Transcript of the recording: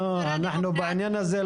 את הדברים האלה אני אברר.